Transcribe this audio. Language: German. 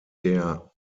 der